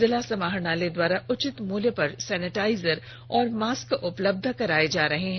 जिला समाहरणालय द्वारा उचित मूल्यों पर सेनेटाइजर और मास्क उपलब्ध कराये जा रहे हैं